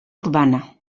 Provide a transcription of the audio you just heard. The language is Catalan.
urbana